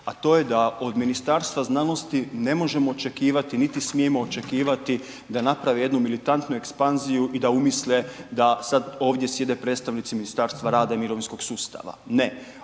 a to je da od Ministarstva znanosti ne možemo očekivati niti smijemo očekivati da napravi jednu militantnu ekspanziju i da umisle da sad ovdje sjede predstavnici Ministarstva rada i mirovinskog sustava. Ne,